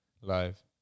live